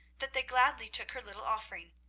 that they gladly took her little offering,